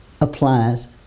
applies